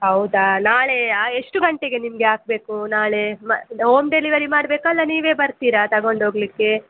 ಹೌದಾ ನಾಳೆಯೇ ಎಷ್ಟು ಗಂಟೆಗೆ ನಿಮಗೆ ಆಗಬೇಕು ನಾಳೆ ಮ ಹೋಮ್ ಡೆಲಿವೆರಿ ಮಾಡಬೇಕಾ ಇಲ್ಲ ನೀವೇ ಬರ್ತೀರಾ ತಗೊಂಡು ಹೋಗಲಿಕ್ಕೆ